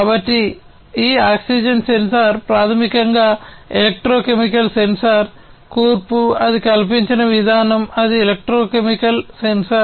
కాబట్టి ఈ oxygen sensor ప్రాథమికంగా ఎలెక్ట్రోకెమికల్ సెన్సార్